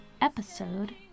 Episode